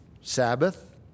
Sabbath